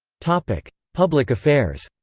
public public affairs